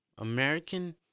American